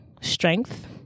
strength